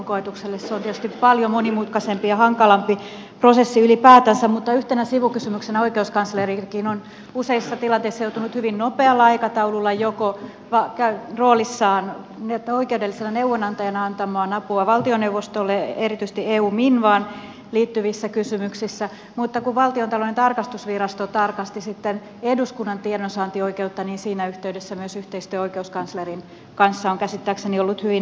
se on tietysti paljon monimutkaisempi ja hankalampi prosessi ylipäätänsä mutta yhtenä sivukysymyksenä oikeuskanslerikin on useissa tilanteissa joutunut hyvin nopealla aikataululla roolissaan oikeudellisena neuvonantajana antamaan apua valtioneuvostolle erityisesti eu minvaan liittyvissä kysymyksissä mutta kun valtiontalouden tarkastusvirasto tarkasti sitten eduskunnan tiedonsaantioikeutta niin siinä yhteydessä myös yhteistyö oikeuskanslerin kanssa on käsittääkseni ollut hyvin aktiivista